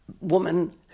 woman